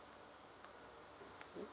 mm